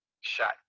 shot